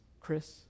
Chris